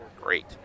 Great